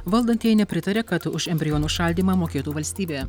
valdantieji nepritaria kad už embrionų šaldymą mokėtų valstybė